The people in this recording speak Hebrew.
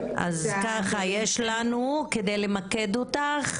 יש לנו, כדי למקד אותך,